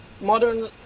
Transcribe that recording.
modern